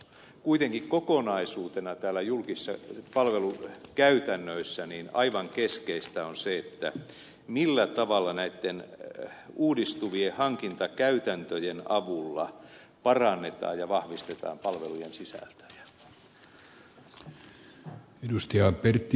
kuitenkin kokonaisuutena julkispalvelukäytännöissä aivan keskeistä on se millä tavalla näitten uudistuvien hankintakäytäntöjen avulla parannetaan ja vahvistetaan palvelujen sisältöjä